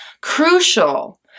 Crucial